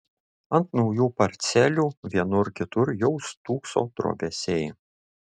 ant naujų parcelių vienur kitur jau stūkso trobesiai